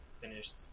finished